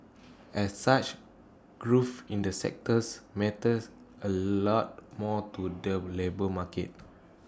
as such growth in the sectors matters A lot more to the labour market